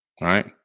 right